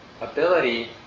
ability